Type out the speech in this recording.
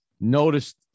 noticed